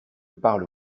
parle